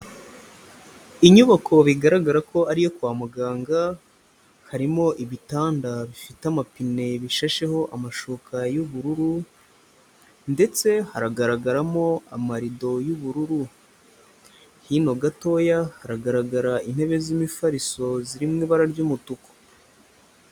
Inyubako bigaragara ko ari iyo kwa muganga harimo ibitanda bifite amapine bishasheho amashuka y'ubururu ndetse haragaragaramo amarido y'ubururu hino gatoya haragaragara intebe z'imifariso zirimo ibara ry'umutuku.